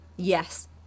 Yes